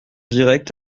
direct